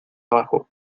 abajo